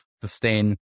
sustain